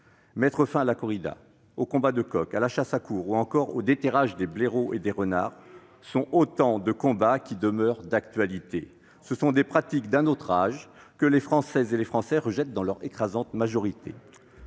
Mettre fin à la corrida, aux combats de coqs, à la chasse à courre ou encore au déterrage des blaireaux et des renards sont autant de combats qui demeurent d'actualité. Laissez-nous vivre ! Ce sont des pratiques d'un autre âge, que les Françaises et les Français rejettent dans leur écrasante majorité.